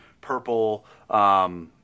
purple